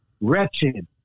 wretched